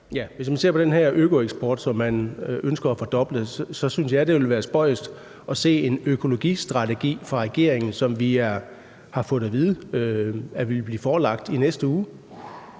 Hvis man ser på den her økoeksport, som man ønsker at fordoble, synes jeg, det ville være spøjst, hvis der i en økologistrategi fra regeringen, som vi har fået at vide at vi vil blive forelagt i næste uge,